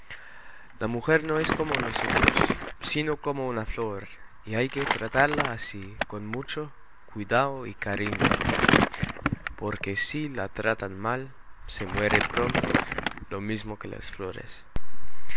la mujer no es como nosotros sino como una flor y hay que tratarla así con mucho cuidado y cariño porque si la tratan mal se muere pronto lo mismo que las flores